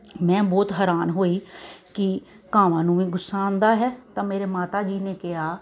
ਮੈਂ ਬਹੁਤ ਹੈਰਾਨ ਹੋਈ ਕਿ ਕਾਵਾਂ ਨੂੰ ਵੀ ਗੁੱਸਾ ਆਉਂਦਾ ਹੈ ਤਾਂ ਮੇਰੇ ਮਾਤਾ ਜੀ ਨੇ ਕਿਹਾ